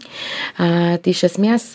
a tai iš esmės